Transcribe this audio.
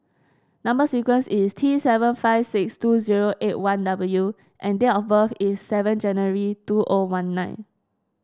number sequence is T seven five six two zero eight one W and date of birth is seven January two O one nine